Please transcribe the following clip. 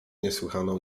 niesłychaną